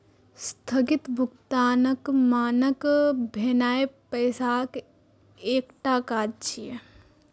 स्थगित भुगतानक मानक भेनाय पैसाक एकटा काज छियै